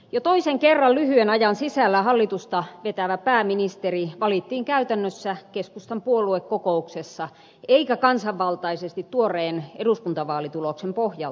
jo toisen kerran lyhyen ajan sisällä hallitusta vetävä pääministeri valittiin käytännössä keskustan puoluekokouksessa eikä kansanvaltaisesti tuoreen eduskuntavaalituloksen pohjalta